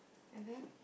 and then